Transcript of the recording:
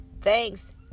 Thanks